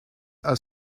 are